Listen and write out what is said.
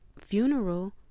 funeral